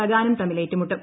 ബഗാനും തമ്മിൽ ഏറ്റുമുട്ടും